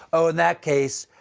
oh, in that case,